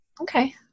Okay